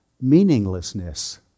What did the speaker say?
meaninglessness